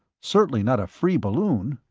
certainly not a free balloon.